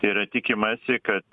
tai yra tikimasi kad